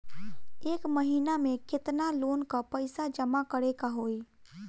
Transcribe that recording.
एक महिना मे केतना लोन क पईसा जमा करे क होइ?